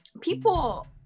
people